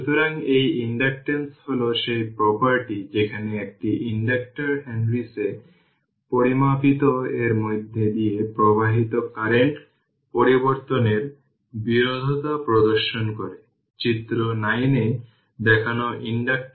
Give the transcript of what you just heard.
সুতরাং এটি initial condition তাই v c eq হবে v C2 0 v C1 0 অর্থাৎ 20 ভোল্ট